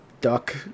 duck